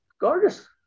Gorgeous